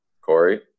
Corey